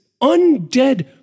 undead